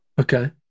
Okay